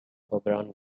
oberon